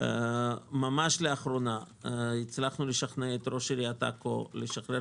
ממש לאחרונה הצלחנו לשכנע את ראש עיריית עכו לשחרר